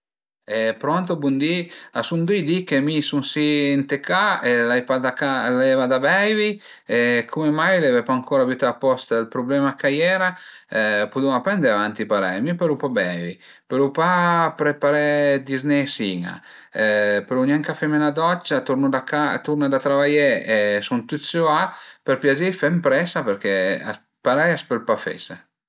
E pronto, bundì, a sun dui di che mi sun si ën ca e l'ai pa l'eva da beivi e cume mai l'eve pancura bütà a post ël prublema ch'a iera? Puduma pa andé avanti parei, mi pölu pa beivi, pölu pa preparé dizné e sin-a, pölu gnanca feme 'na doccia, turnu a ca, turnu da travaié e sun tüt süà, për piazì fe ënpresa perché parei a s'pöl pa fese